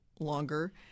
longer